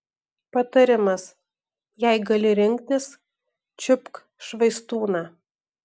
patarimas jei gali rinktis čiupk švaistūną